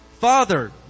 father